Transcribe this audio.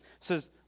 says